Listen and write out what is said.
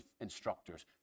instructors